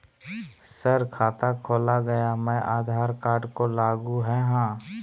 Sir खाता खोला गया मैं आधार कार्ड को लागू है हां?